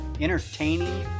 entertaining